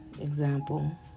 example